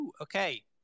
Okay